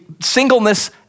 singleness